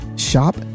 shop